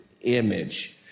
image